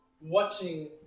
Watching